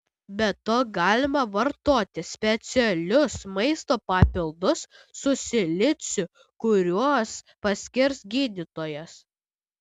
be to galima vartoti specialius maisto papildus su siliciu kuriuos paskirs gydytojas